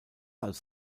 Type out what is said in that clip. als